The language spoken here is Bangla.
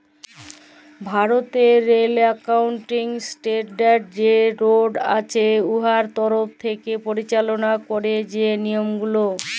ভারতেরলে একাউলটিং স্টেলডার্ড যে বোড় আছে উয়ার তরফ থ্যাকে পরিচাললা ক্যারে যে লিয়মগুলা